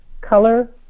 color